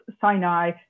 Sinai